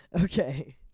Okay